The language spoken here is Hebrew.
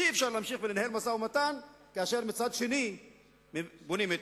ואי-אפשר להמשיך לנהל משא-ומתן כאשר מצד שני בונים התנחלויות.